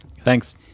thanks